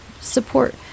support